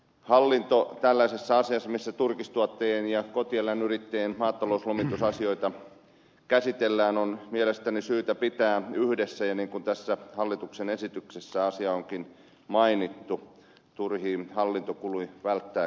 hallinto tällaisessa asiassa missä turkistuottajien ja kotieläinyrittäjien maatalouslomitusasioita käsitellään on mielestäni syytä pitää yhdessä ja niin kuin tässä hallituksen esityksessä asia onkin mainittu turhia hallintokuluja välttääksemme